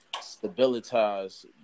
stabilize